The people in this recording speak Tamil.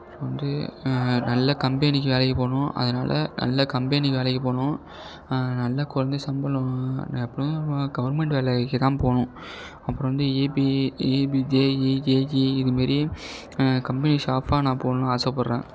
இப்போ வந்து நல்ல கம்பெனிக்கி வேலைக்கு போகணும் அதனாலே நல்ல கம்பெனிக்கு வேலைக்கு போகணும் நல்லா குறஞ்ச சம்பளம் அப்புறோம் கவுர்மெண்ட் வேலைக்கு தான் போகணும் அப்புறோம் வந்து ஏபி ஏபி ஜேஇ ஜேசி இது மாரி கம்பெனி ஸ்டாஃப்பாக நான் போகணுன்னு ஆசைப்பட்றேன்